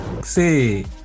See